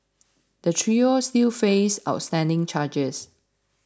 the trio still face outstanding charges